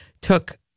took